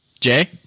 jay